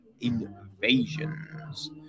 invasions